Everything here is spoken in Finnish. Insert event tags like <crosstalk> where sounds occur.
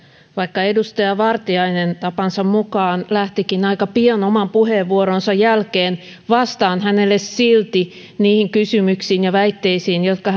vaikka edustaja vartiainen tapansa mukaan lähtikin aika pian oman puheenvuoronsa jälkeen vastaan hänelle silti niihin kysymyksiin ja väitteisiin jotka <unintelligible>